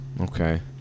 Okay